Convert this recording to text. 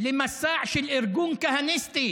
למסע של ארגון כהניסטי